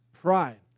pride